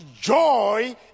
Joy